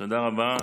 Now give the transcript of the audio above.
תודה רבה.